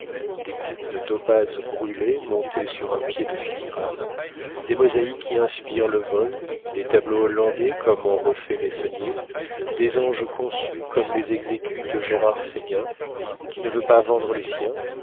des coupes de topaze brûlée montées sur un pied de filigrane des mosaïques qui inspirent le vol des tableaux hollandais comme en refait meissonnier des anges conçus comme les exécute gérard séguin qui ne veut pas vendre les siens